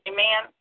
Amen